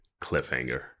cliffhanger